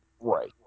Right